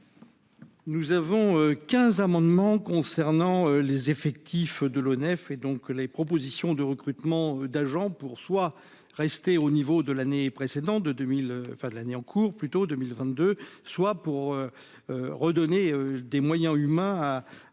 Nous avons 15 amendement concernant les effectifs de l'ONF et donc que les propositions de recrutement d'agents pour soit resté au niveau de l'année précédente de 2000 fin de l'année en cours plutôt 2022, soit pour redonner des moyens humains à à